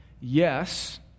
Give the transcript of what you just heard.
Yes